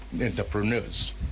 entrepreneurs